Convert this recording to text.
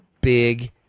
big